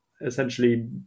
essentially